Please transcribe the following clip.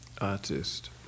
artist